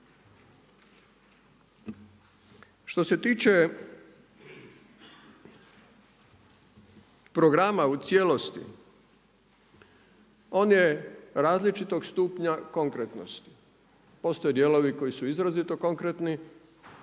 Što se tiče programa u cijelosti, on je različitog stupnja konkretnosti. Postoje dijelovi koji su izrazito konkretni,